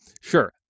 Sure